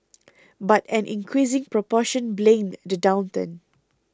but an increasing proportion blamed the downturn